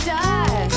die